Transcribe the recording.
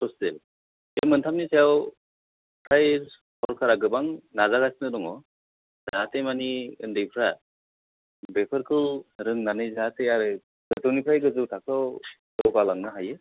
सचेल बे मोन्थामनि सायाव फ्राय सरकारा गोबां नाजागासिनो दङ जाहाथे माने उन्दैफ्रा बेफोरखौ रोंनानै जाहाथे आरो गोजौनिफ्राय गोजौ थाखोआव जौगालांनो हायो